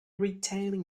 retaining